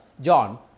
John